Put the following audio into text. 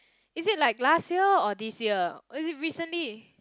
is it like last year or this year or is it recently